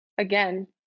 Again